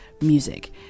music